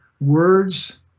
words